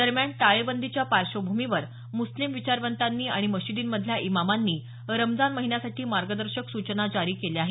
दरम्यान टाळेबंदीच्या पार्श्वभूमीवर मुस्लिम विचारवंतांनी आणि मशिर्दीमधल्या इमामांनी रमजान महिन्यासाठी मार्गदर्शक सूचना जारी केल्या आहेत